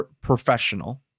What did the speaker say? professional